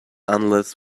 unless